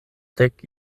dek